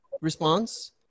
response